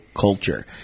culture